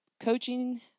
Coaching